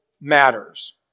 matters